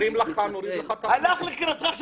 הלך לקראתך.